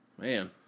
Man